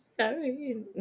sorry